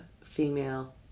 female